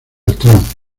beltrán